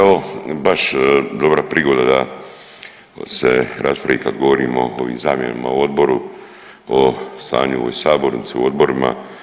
Evo baš dobra prigoda da se raspravi kada govorimo o zamjenama u odboru, o stanju u ovoj sabornici, u odborima.